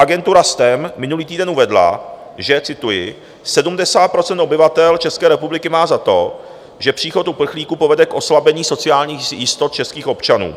Agentura STEM minulý týden uvedla, že cituji 70 % obyvatel České republiky má za to, že příchod uprchlíků povede k oslabení sociálních jistot českých občanů.